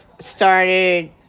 started